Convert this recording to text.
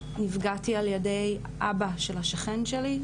נפגעתי על ידי אבא של השכן שלי,